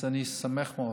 אז אני שמח מאוד.